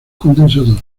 condensador